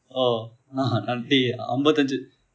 oh நான் அப்படி அம்பதன்ஜு:naan appadi ambathu anju